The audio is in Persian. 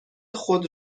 خود